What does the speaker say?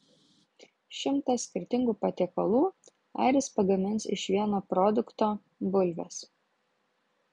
šimtą skirtingų patiekalų airis pagamins iš vieno produkto bulvės